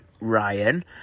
Ryan